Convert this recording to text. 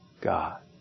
God